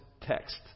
text